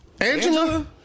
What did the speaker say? Angela